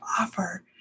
offer